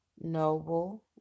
noble